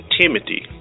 Timothy